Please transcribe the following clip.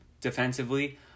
defensively